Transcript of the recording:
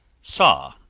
saw,